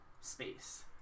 space